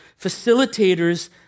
facilitators